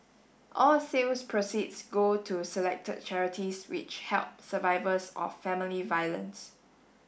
all sales proceeds go to selected charities which help survivors of family violence